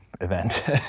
event